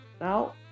Now